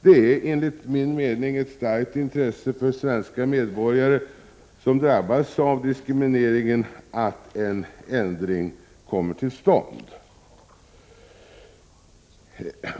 Det är enligt min mening ett starkt intresse för de svenska medborgare som drabbas av diskrimineringen att en ändring kommer till stånd.